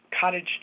cottage